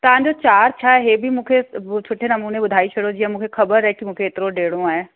तव्हांजो चार्ज छा आहे इहे बि मूंखे सुठे नमूने ॿुधाए छॾो जीअं मूंखे ख़बरु आहे की मूंखे एतिरो ॾियणो आहे